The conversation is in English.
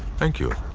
thank you.